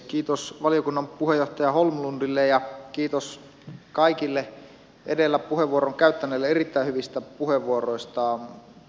kiitos valiokunnan puheenjohtaja holmlundille ja kiitos kaikille edellä puheenvuoron käyttäneille erittäin hyvistä puheenvuoroista